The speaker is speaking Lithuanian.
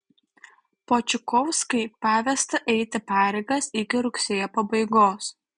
počikovskai pavesta eiti pareigas iki rugsėjo pabaigos